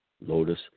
Lotus